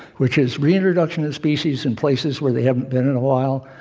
which is re-introduction of species in places where they haven't been in a while,